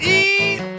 eat